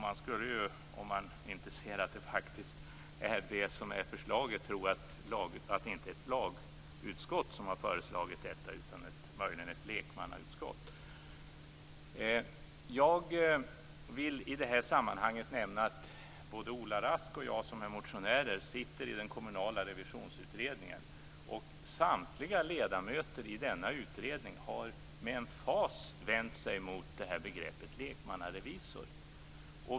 Man skulle om man inte vet att det är lagutskottet som har föreslagit detta möjligen kunna tro att det föreslagits av ett lekmannautskott. Jag vill nämna att både Ola Rask och jag sitter i den kommunala revisionsutredningen. Samtliga ledamöter i denna utredning har med emfas vänt sig mot begreppet lekmannarevisor.